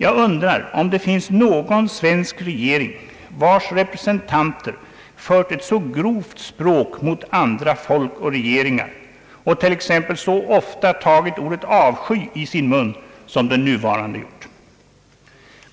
Jag undrar om det finns någon svensk regering, vars representanter fört ett så grovt språk mot andra folk och regeringar och t.ex. så ofta tagit ordet avsky i sin mun som den nuvarande gjort.